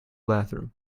bathroom